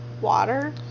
Water